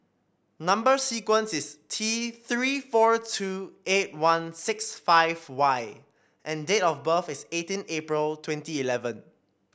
number sequence is T Three four two eight one six five Y and date of birth is eighteen April twenty eleven